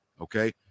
okay